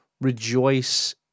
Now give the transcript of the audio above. rejoice